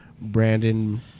Brandon